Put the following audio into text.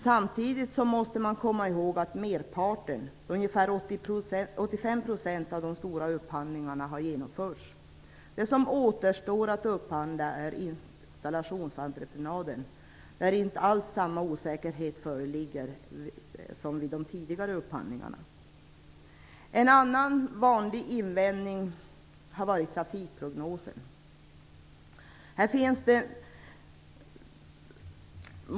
Samtidigt måste man komma ihåg att merparten, ungefär 85 %, av de stora upphandlingarna har genomförts. Det som återstår att upphandla är installationsentreprenaden, där inte alls samma osäkerhet som vid de tidigare upphandlingarna föreligger. En annan vanlig invändning har gällt trafikprognosen.